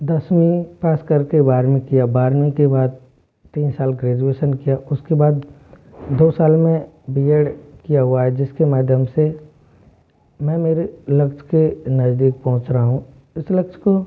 दसवीं पास करके बारहवीं किया बारहवीं के बाद तीन साल ग्रेजुएशन किया उसके बाद दो साल मैं बी एड किया हुआ है जिसके माध्यम से मैं मेरे लक्ष्य के नज़दीक पहुँच रहा हूँ इस लक्ष्य को